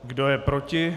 Kdo je proti?